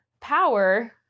power